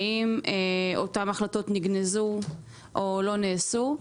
האם אותן החלטות נגנזו או לא נעשו,